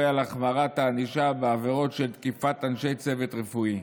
על החמרת הענישה בעבירות של תקיפת אנשי צוות רפואי.